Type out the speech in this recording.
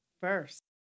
first